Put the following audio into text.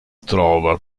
trovano